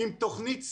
עם תוכנית סדורה,